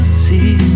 see